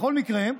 בכל מקרה,